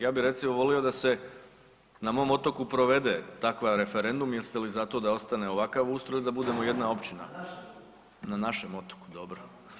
Ja bi recimo volio da se na mom otoku provede takav referendum jeste li za to da ostane ovakav ustroj il da budemo jedna općina [[Upadica: Na našem otoku.]] na našem otoku dobro.